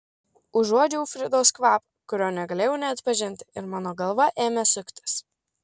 užuodžiau fridos kvapą kurio negalėjau neatpažinti ir mano galva ėmė suktis